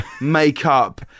makeup